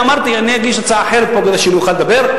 אני אמרתי שאני אגיש הצעה אחרת פה כדי שאוכל לדבר.